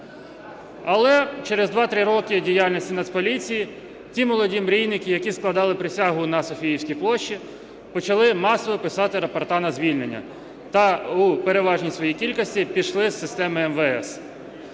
Але через два-три роки діяльності Нацполіції ті молоді мрійники, які складали присягу на Софійській площі, почали масово писати рапорти на звільнення та у переважній своїй кількості пішли з системи МВС.